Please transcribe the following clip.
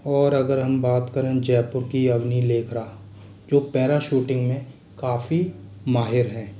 और अगर हम बात करें जयपुर की अवनी लेखरा जो पैरा शूटिंग में काफी माहिर है